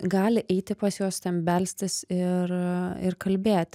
gali eiti pas juos ten belstis ir ir kalbėti